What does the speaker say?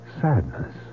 sadness